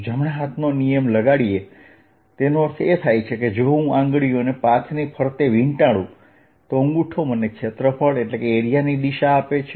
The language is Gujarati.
જમણા હાથનો નિયમ લગાડીએ તેનો અર્થ એ કે જો હું આંગળીઓને પાથની ફરતે વીંટાળું તો અંગૂઠો મને ક્ષેત્રફળ ની દિશા આપે છે